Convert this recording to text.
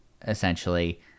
essentially